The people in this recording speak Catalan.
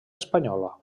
espanyola